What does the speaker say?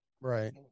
Right